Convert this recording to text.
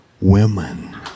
women